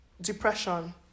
depression